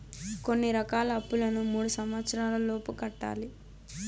కొన్ని రకాల అప్పులను మూడు సంవచ్చరాల లోపు కట్టాలి